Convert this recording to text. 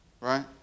right